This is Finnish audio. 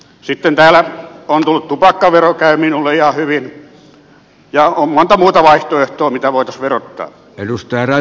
sitten täällä on tullut tupakkavero käy minulle ihan hyvin ja on monta muuta vaihtoehtoa mitä voitaisiin verottaa